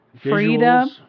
freedom